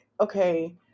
okay